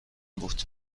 بود